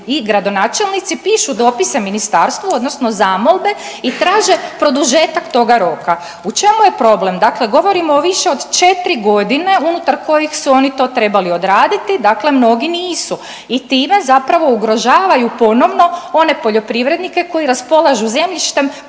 i gradonačelnici pišu dopise ministarstvu odnosno zamolbe i traže produžetak toga roka. U čemu je problem? Dakle, govorimo o više od 4.g. unutar kojih su oni to trebali odraditi, dakle mnogi nisu i time zapravo ugrožavaju ponovno one poljoprivrednike koji raspolažu zemljištem, posebno